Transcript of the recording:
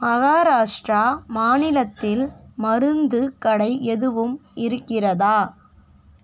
மகாராஷ்ட்ரா மாநிலத்தில் மருந்துக் கடை எதுவும் இருக்கிறதா